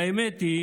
והאמת היא